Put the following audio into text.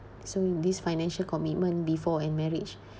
so these financial commitment before and marriage